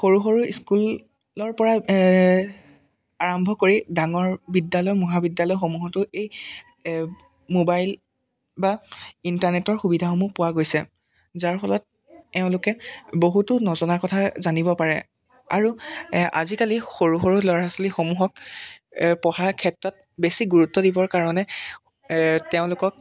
সৰু সৰু স্কুলৰ পৰা আৰম্ভ কৰি ডাঙৰ বিদ্যালয় মহাবিদ্যালয়সমূহতো এই মোবাইল বা ইণ্টাৰনেটৰ সুবিধাসমূহ পোৱা গৈছে যাৰ ফলত এওঁলোকে বহুতো নজনা কথা জানিব পাৰে আৰু এই আজিকালি সৰু সৰু ল'ৰা ছোৱালীসমূহক পঢ়া ক্ষেত্ৰত বেছি গুৰুত্ব দিবৰ কাৰণে এই তেওঁলোকক